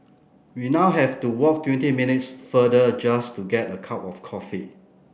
we now have to walk twenty minutes farther just to get a cup of coffee